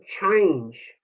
change